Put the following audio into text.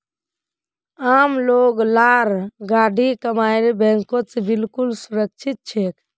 आम लोग लार गाढ़ी कमाई बैंकत बिल्कुल सुरक्षित छेक